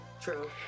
True